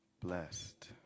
blessed